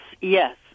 Yes